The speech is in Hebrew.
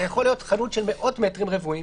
יכולה להיות חנות של מאות מטרים רבועים,